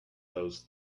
those